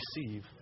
receive